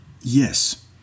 Yes